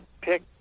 pick